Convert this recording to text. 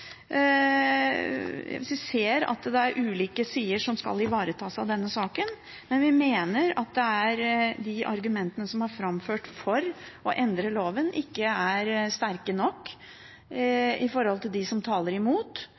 Vi ser at det er ulike sider som skal ivaretas i denne saken, men vi mener at de argumentene som er framført for å endre loven, ikke er sterke nok i forhold til dem som taler imot,